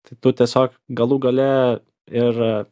tai tu tiesiog galų gale ir